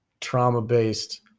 trauma-based